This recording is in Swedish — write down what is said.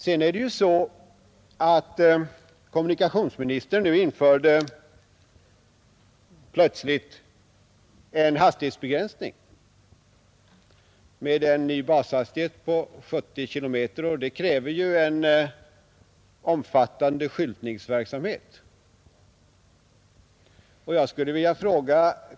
Vidare är det så att kommunikationsministern plötsligt införde en hastighetsbegränsning med en bashastighet på 70 kilometer, och det kräver en omfattande skyltningsverksamhet.